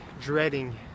dreading